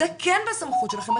זה כן בסמכות שלכם,